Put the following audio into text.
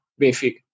benfica